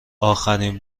آخرین